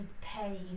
pain